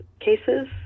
cases